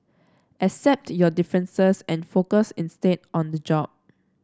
accept your differences and focus instead on the job